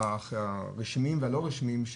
הרשמיים והלא רשמיים,